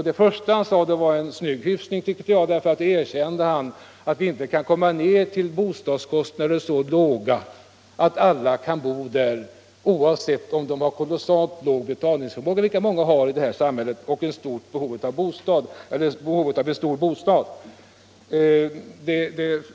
Det första han sade tyckte jag var en snygg hyfsning, för då erkände han att vi inte kan komma ner till så låga bostadskostnader att alla kan klara dem oavsett om de har en låg betalningsförmåga, vilket många har i det här samhället samtidigt som de har behov av en stor bostad.